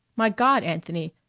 my god, anthony,